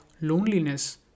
loneliness